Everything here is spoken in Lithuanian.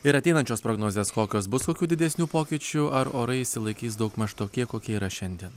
ir ateinančios prognozės kokios bus kokių didesnių pokyčių ar orai išsilaikys daugmaž tokie kokie yra šiandien